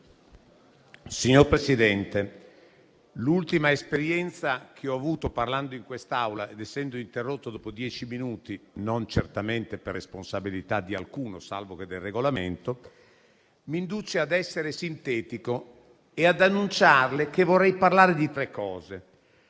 Signor Presidente, l'ultima esperienza che ho avuto parlando in quest'Aula, nella quale sono stato interrotto dopo dieci minuti - non certamente per responsabilità di alcuno, salvo che del Regolamento - mi induce a essere sintetico e annunciarle che vorrei parlare di tre cose.